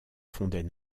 fondait